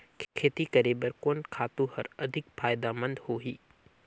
खेती करे बर कोन खातु हर अधिक फायदामंद होही?